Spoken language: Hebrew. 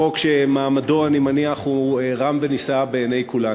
חוק שמעמדו, אני מניח, הוא רם ונישא בעיני כולנו.